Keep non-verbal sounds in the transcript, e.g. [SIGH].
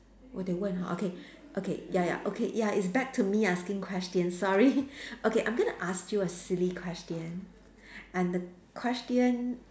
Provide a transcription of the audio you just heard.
我得问 oh okay okay ya ya okay ya it's back to me asking question sorry [LAUGHS] okay I'm going to ask you a silly question and the question